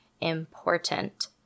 important